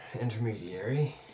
intermediary